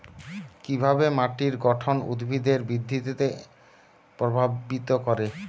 কিভাবে মাটির গঠন উদ্ভিদের বৃদ্ধিকে প্রভাবিত করে?